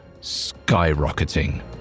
skyrocketing